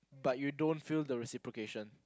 but you don't feel the reciprocation